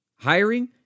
Hiring